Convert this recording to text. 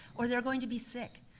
or they're going to be sick.